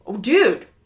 dude